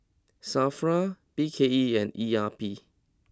Safra B K E and E R P